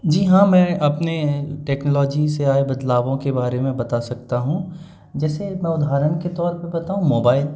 जी हाँ मैं अपने टेक्नोलॉजी से आए बदलावों के बारे में बता सकता हूँ जैसे मैं उदहारण के तौर पे बताऊँ मोबाइल